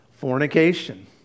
fornication